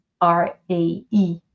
R-A-E